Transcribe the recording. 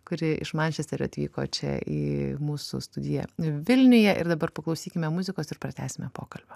kuri iš mančesterio atvyko čia į mūsų studiją vilniuje ir dabar paklausykime muzikos ir pratęsime pokalbio